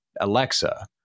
Alexa